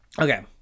okay